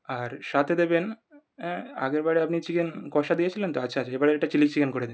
আর সাতে দেবেন আগেরবারে আপনি চিকেন কষা দিয়েছিলেন তো আচ্ছা আচ্ছা এবারেরটা চিলি চিকেন করে দিন